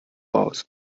aus